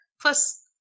Plus